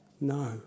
No